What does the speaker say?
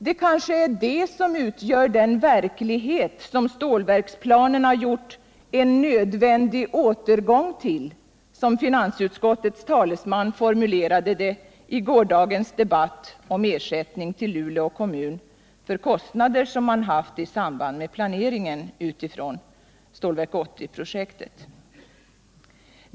Det kanske är det som utgör den verklighet som stålverksplanerna gjort ”en nödvändig återgång till”, som finansutskottets talesman formulerade det i gårdagens debatt om ersättning till Luleå kommun för kostnader man haft i samband med planeringen utifrån Stålverk 80-projektet.